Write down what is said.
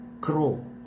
crow